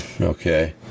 okay